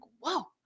whoa